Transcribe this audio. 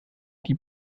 die